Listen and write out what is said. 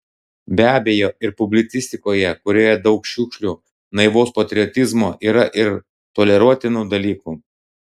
be abejo ir publicistikoje kurioje daug šiukšlių naivaus patriotizmo yra ir toleruotinų dalykų